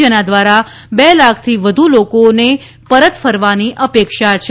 જેના દ્વારા બે લાખથી વધુ લોકોની પરત ફરવાની અપેક્ષા છે